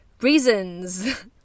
reasons